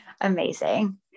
Amazing